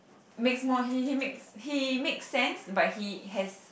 makes more he he makes he makes sense but he has